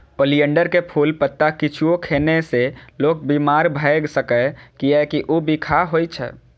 oleander के फूल, पत्ता किछुओ खेने से लोक बीमार भए सकैए, कियैकि ऊ बिखाह होइ छै